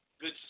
Good